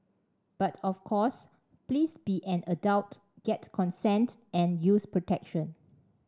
but of course please be an adult get consent and use protection